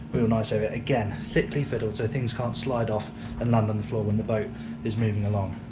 real nice area, again thickly fiddled so things can't slide off and and on the floor when the boat is moving along,